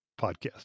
podcast